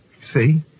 See